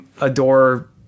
adore